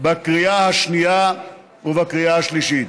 בקריאה השנייה ובקריאה השלישית.